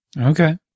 Okay